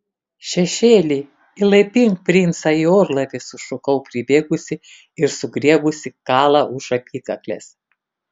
šešėli įlaipink princą į orlaivį sušukau pribėgusi ir sugriebusi kalą už apykaklės